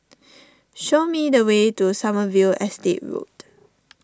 show me the way to Sommerville Estate Road